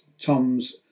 Tom's